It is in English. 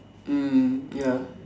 mm ya